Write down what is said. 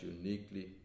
uniquely